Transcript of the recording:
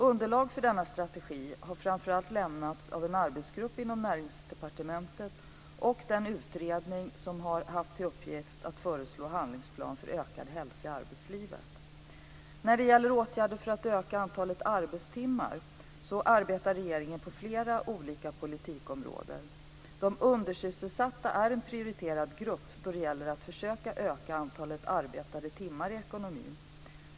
Underlag för strategin har framför allt lämnats av en arbetsgrupp inom Näringsdepartementet och den utredning som har haft till uppgift att föreslå handlingsplan för ökad hälsa i arbetslivet. När det gäller åtgärder för att öka antalet arbetstimmar arbetar regeringen på flera olika politikområden. De undersysselsatta är en prioriterad grupp då det gäller att försöka öka antalet arbetade timmar i ekonomin.